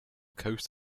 coast